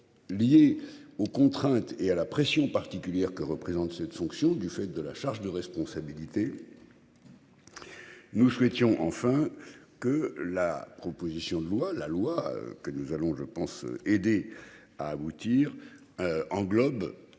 liées aux contraintes et à la pression particulière que représente cette sanction du fait de la charge de responsabilité. Nous souhaitons enfin que la proposition de loi, la loi que nous allons je pense aider à aboutir. Englobe